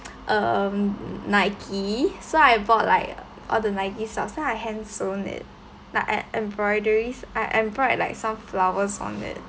um Nike so I bought like all the Nike socks ah I hand sewn it like add embroideries I embroid like some flowers on it